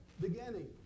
beginning